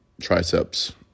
triceps